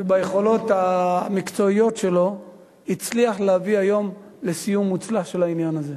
וביכולות המקצועיות שלו הצליח להביא היום לסיום מוצלח של העניין הזה.